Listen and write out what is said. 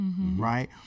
Right